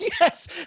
yes